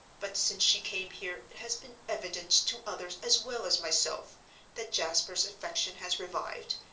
but since she came here it has been evident to others as well as myself that jasper's affection has revived,